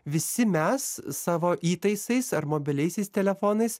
visi mes savo įtaisais ar mobiliaisiais telefonais